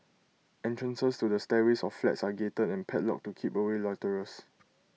entrances to the stairways of flats are gated and padlocked to keep away loiterers